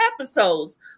episodes